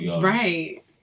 Right